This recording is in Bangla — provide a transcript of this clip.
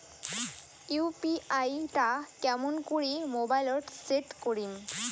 ইউ.পি.আই টা কেমন করি মোবাইলত সেট করিম?